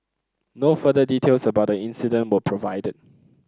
no further details about the incident were provided